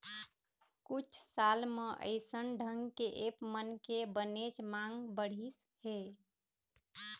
कुछ साल म अइसन ढंग के ऐप मन के बनेच मांग बढ़िस हे